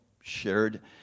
shared